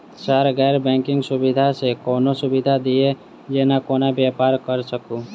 Sir गैर banking सुविधा सँ कोनों सुविधा दिए जेना कोनो व्यापार करऽ सकु?